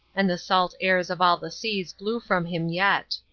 and the salt-airs of all the seas blew from him yet.